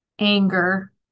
anger